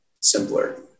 simpler